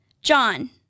John